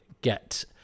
get